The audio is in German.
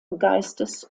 geistes